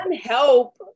help